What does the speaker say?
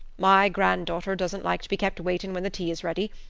my grand-daughter doesn't like to be kept waitin' when the tea is ready,